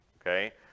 okay